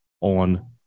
on